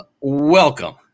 welcome